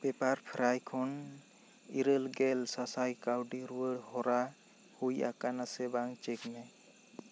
Pepperfry ᱠᱷᱚᱱ ᱤᱨᱟᱹᱞ ᱜᱮᱞ ᱥᱟᱥᱟᱭ ᱠᱟᱣᱰᱤ ᱨᱩᱣᱟᱹᱲ ᱦᱚᱨᱟ ᱦᱩᱭ ᱟᱠᱟᱱᱟ ᱥᱮ ᱵᱟᱝ ᱪᱮᱹᱠ ᱢᱮ